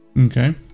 Okay